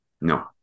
No